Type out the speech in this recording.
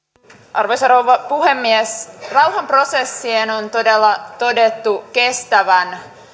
arvoisa rouva puhemies rauhan prossien on todella todettu kestävän